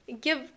give